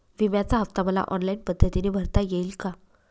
विम्याचा हफ्ता मला ऑनलाईन पद्धतीने भरता येईल का?